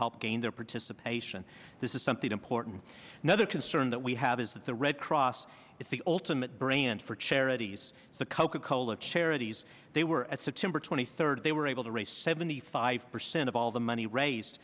help gain their participation this is something important another concern that we have is that the red cross is the ultimate brain and for charities the coca cola charities they were september twenty third they were able to raise seventy five percent of all the money raised